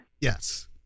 Yes